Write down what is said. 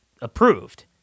approved